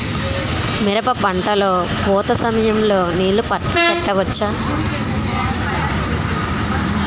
మిరప పంట లొ పూత సమయం లొ నీళ్ళు పెట్టవచ్చా?